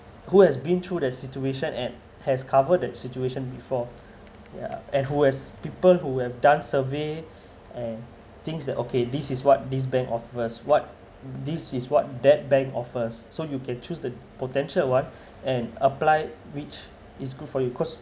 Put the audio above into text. who has been through the situation and has covered the situation before yeah and who has people who have done survey and thinks that okay this is what this bank offers what this is what that bank offers so you can choose the potential one and apply which is good for you cause